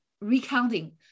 recounting